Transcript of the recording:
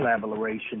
collaboration